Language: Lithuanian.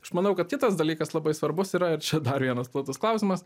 aš manau kad kitas dalykas labai svarbus yra ir čia dar vienas platus klausimas